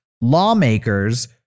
lawmakers